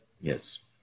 Yes